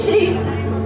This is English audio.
Jesus